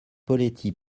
poletti